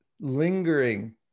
lingering